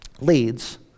leads